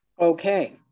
Okay